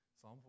Psalm